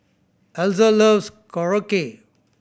Elza loves Korokke